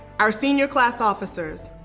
our senior class officers,